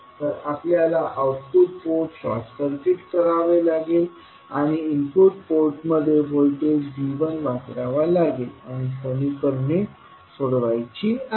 तर आपल्याला output port short circuit करावे लागेल आणि इनपुट पोर्टमध्ये व्होल्टेज V1वापरवा लागेल आणि समीकरणे सोडवायची आहेत